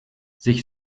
sich